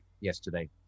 yesterday